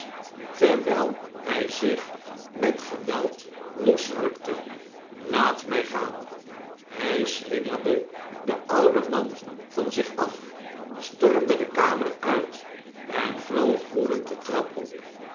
terwijl hij zich met geweld losrukte laat mij gaan hij slingerde den ouden man van zich af stormde de kamer uit en vloog woedend de trap op